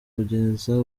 kugeza